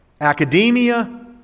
academia